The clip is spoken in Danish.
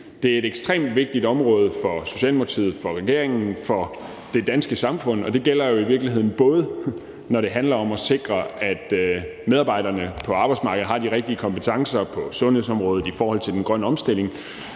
Det er et ekstremt vigtigt område for Socialdemokratiet, for regeringen og for det danske samfund, og det gælder jo i virkeligheden, både når det handler om at sikre, at medarbejderne på arbejdsmarkedet har de rigtige kompetencer på sundhedsområdet, i forhold til den grønne omstilling,